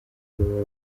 baba